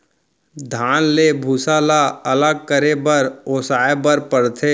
धान ले भूसा ल अलग करे बर ओसाए बर परथे